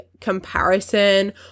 comparison